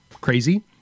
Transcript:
crazy